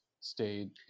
stayed